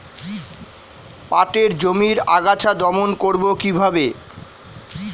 পাটের জমির আগাছা দমন করবো কিভাবে?